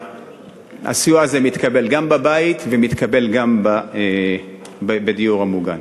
הסיוע הזה מתקבל גם בבית וגם בדיור המוגן.